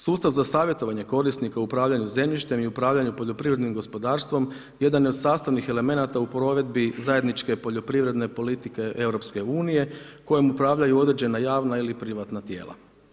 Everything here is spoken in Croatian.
Sustav za savjetovanje korisnika u upravljanju zemljištem i upravljanju poljoprivrednim gospodarstvom jedan je od sastavnih elemenata u provedbi zajedničke poljoprivredne politike EU kojim upravljaju određena javna ili privatna tijela.